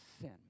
sin